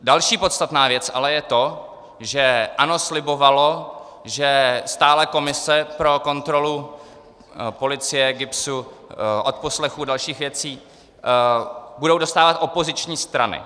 Další podstatná věc ale je to, že ANO slibovalo, že stálé komise pro kontrolu policie, GIBS, odposlechů a dalších věcí budou dostávat opoziční strany.